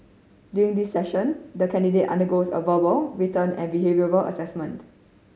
during this session the candidate undergoes a verbal written and behavioural assessment